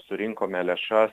surinkome lėšas